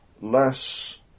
less